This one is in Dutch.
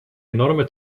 enorme